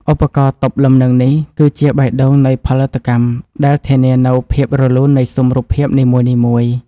ឧបករណ៍ទប់លំនឹងនេះគឺជាបេះដូងនៃផលិតកម្មដែលធានានូវភាពរលូននៃស៊ុមរូបភាពនីមួយៗ។